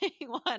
one